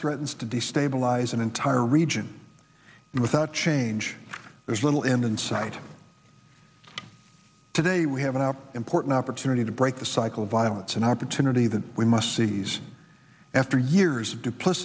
threatens to destabilize an entire region and without change there's little end in sight today we have an up important opportunity to break the cycle of violence an opportunity that we must seize after years of d